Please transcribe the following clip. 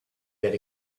that